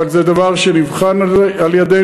אבל זה דבר שנבחן על-ידינו.